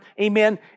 amen